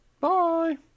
Bye